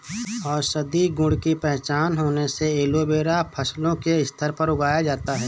औषधीय गुण की पहचान होने से एलोवेरा अब फसलों के स्तर पर उगाया जाता है